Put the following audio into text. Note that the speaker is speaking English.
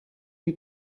you